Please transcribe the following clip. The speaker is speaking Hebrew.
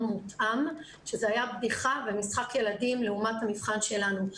מותאם שזה היה בדיחה ומשחק ילדים לעומת המבחן שלנו.